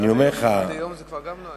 לצערנו, אני אומר לך, זה גם לא היה.